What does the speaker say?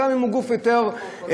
גם אם הוא גוף יותר גדול.